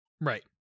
Right